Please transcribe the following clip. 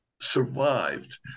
survived